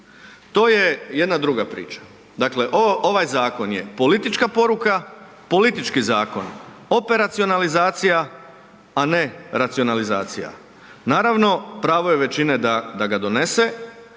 To je jedna druga priča. Dakle, ovaj zakon je politička poruka, politički zakon. Operacionalizacija a ne racionalizacija. Naravno, pravo je većine da ga donese